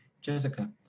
Jessica